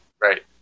Right